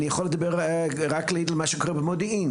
ואני יכול להעיד רק על מה שקורה במודיעין,